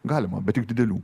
galima bet tik didelių